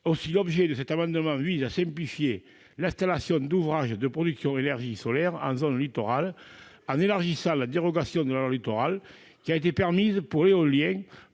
Aussi, cet amendement vise à simplifier l'installation d'ouvrages de production d'énergie solaire en zone littorale en élargissant la dérogation à la loi Littoral qui a été permise pour l'éolien